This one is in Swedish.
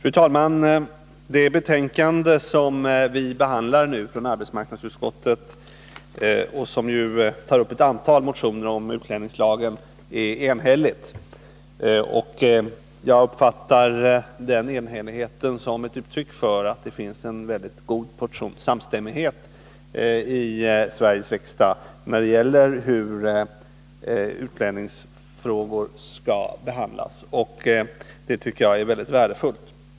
Fru talman! Det betänkande från arbetsmarknadsutskottet som vi behandlar nu och som tar upp ett antal motioner om utlänningslagen är enhälligt. Jag uppfattar den enhälligheten som ett uttryck för att det finns en god portion samstämmighet i Sveriges riksdag när det gäller hur utlänningsfrågor skall behandlas. Det tycker jag är värdefullt.